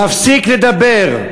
להפסיק לדבר.